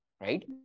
right